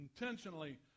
intentionally